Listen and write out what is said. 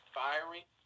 firing